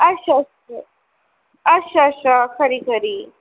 अच्छा अच्छा अच्छा अच्छा खरी खरी